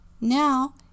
now